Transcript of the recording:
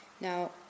Now